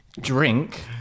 drink